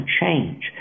change